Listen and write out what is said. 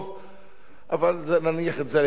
אבל נניח את זה להזדמנות אחרת.